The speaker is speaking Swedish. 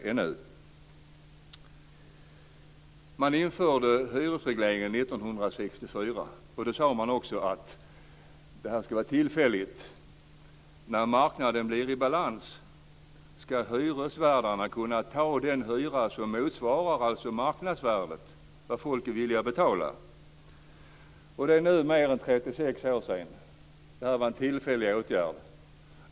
Hyresregleringen infördes 1964. Man sade då att den skulle vara tillfällig. När marknaden kom i balans skulle hyresvärdarna ta ut den hyra som motsvarade marknadsvärdet, det som människor är villiga att betala. Det har nu gått mer än 36 år, och detta var en tillfällig åtgärd.